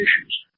issues